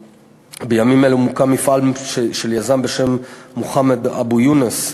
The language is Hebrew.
בימים אלו מוקם מפעל של יזם בשם מוחמד אבו יונס,